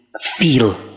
feel